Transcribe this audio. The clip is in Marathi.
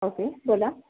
ओके बोला